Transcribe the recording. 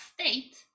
state